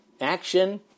action